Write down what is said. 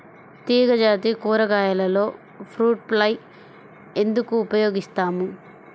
తీగజాతి కూరగాయలలో fruit fly ఎందుకు ఉపయోగిస్తాము?